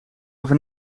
over